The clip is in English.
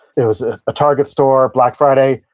it was a ah target store, black friday.